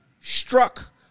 struck